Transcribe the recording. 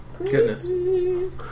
Goodness